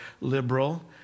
liberal